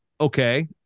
Okay